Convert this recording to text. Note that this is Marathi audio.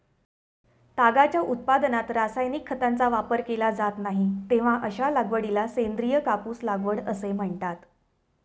तागाच्या उत्पादनात रासायनिक खतांचा वापर केला जात नाही, तेव्हा अशा लागवडीला सेंद्रिय कापूस लागवड असे म्हणतात